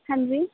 ਹਾਂਜੀ